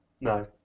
No